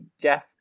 Jeff